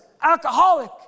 alcoholic